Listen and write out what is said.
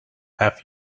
have